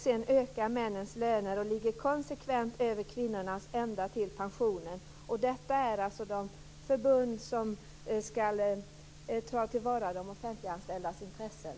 Sedan ökar männens löner, och de ligger konsekvent över kvinnornas ända till pensionen. Detta är de förbund som skall ta till vara de offentliganställdas intressen.